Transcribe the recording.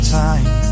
time